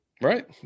right